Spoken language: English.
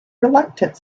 reluctant